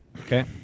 Okay